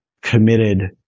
committed